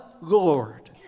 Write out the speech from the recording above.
Lord